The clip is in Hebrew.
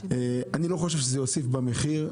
אני לא חושב שזה יוסיף במחיר,